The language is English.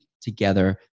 together